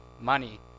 money